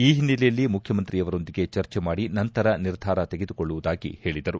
ಈ ಹಿನ್ನೆಲೆಯಲ್ಲಿ ಮುಖ್ಯಮಂತ್ರಿಯವರೊಂದಿಗೆ ಚರ್ಚೆ ಮಾಡಿ ನಂತರ ನಿರ್ಧಾರ ತೆಗೆದುಕೊಳ್ಳುವುದಾಗಿ ಹೇಳಿದರು